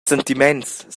sentiments